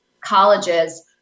colleges